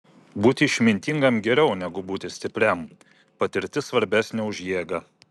būti išmintingam geriau negu būti stipriam patirtis svarbesnė už jėgą